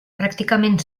pràcticament